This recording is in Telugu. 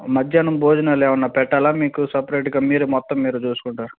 మధ్యాహ్నం భోజనాలు ఏవైనా పెట్టాలా మీకు సెపరేట్గా మీరే మొత్తం మీరే చూసుకుంటారా